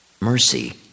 mercy